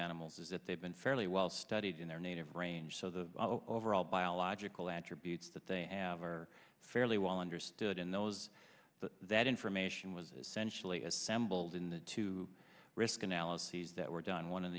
animals as if they've been fairly well studied in their native range so the overall biological attributes that they have are fairly well understood in those that information was essentially assembled in the two risk analyses that were done one